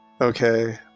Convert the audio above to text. Okay